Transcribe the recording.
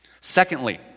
Secondly